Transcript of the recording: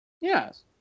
Yes